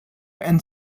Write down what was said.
and